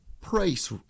price